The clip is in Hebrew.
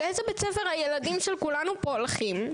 באיזה בית ספר הילדים של כולנו פה הולכים?